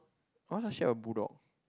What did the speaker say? why does she have a bulldog